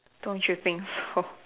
don't you think so